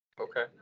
Okay